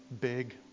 big